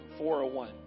401